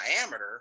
diameter